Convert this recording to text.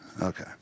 Okay